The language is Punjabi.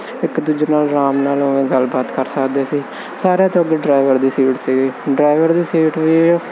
ਇੱਕ ਦੂਜੇ ਨਾਲ ਆਰਾਮ ਨਾਲ ਉਵੇਂ ਗੱਲਬਾਤ ਕਰ ਸਕਦੇ ਸੀ ਸਾਰਿਆਂ ਤੋਂ ਅੱਗੇ ਡਰਾਈਵਰ ਦੀ ਸੀਟ ਸੀਗੀ ਡਰਾਈਵਰ ਦੀ ਸੀਟ ਵੀ